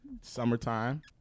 Summertime